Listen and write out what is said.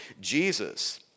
Jesus